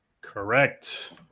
Correct